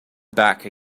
back